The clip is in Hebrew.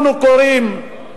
אנחנו קוראים,